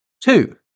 Two